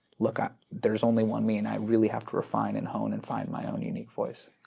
look, um there's only one me. and i really have to refine and hone and find my own unique voice.